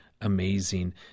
amazing